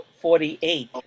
forty-eight